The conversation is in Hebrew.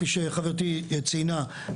שכפי שחברתי ציינה,